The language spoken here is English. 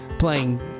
playing